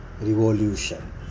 revolution